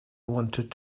wanted